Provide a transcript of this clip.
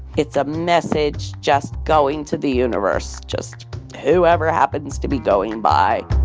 it's a message just going to the universe, just whoever happens to be going by